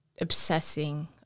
obsessing